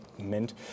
Mint